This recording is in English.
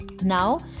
now